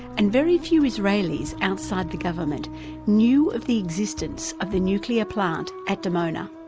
and very few israelis outside the government knew of the existence of the nuclear plant at dimona.